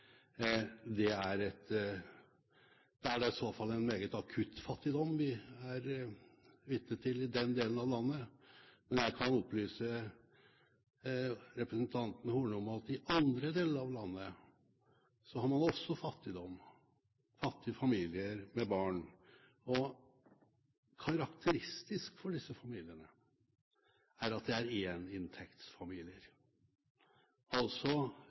Det er i så fall en meget akutt fattigdom vi er vitne til i den delen av landet. Jeg kan opplyse representanten Horne om at i andre deler av landet har man også fattigdom, fattige familier med barn. Karakteristisk for disse familiene er at de er